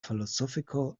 philosophical